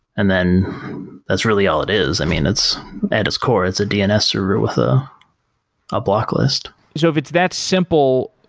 and then that's really all it is. i mean, at its core it's a dns server with a a blacklist so if it's that simple,